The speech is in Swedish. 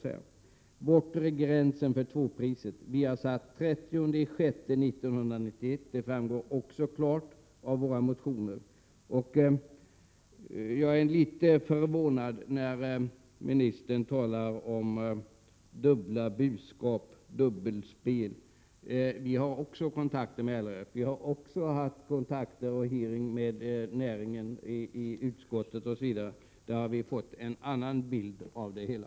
Vi har satt den 30 juni 1991 som en bortre gräns för tvåprissystemet. Det framgår också klart av våra motioner. Jag blev litet förvånad när ministern talade om dubbla budskap och dubbelspel. Vi har också kontakter med LRF. I utskottet har vi också haft kontakter och utfrågningar med näringen. Därvid har vi fått en annan bild av det hela.